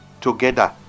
Together